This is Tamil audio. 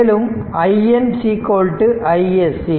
மேலும் IN iSC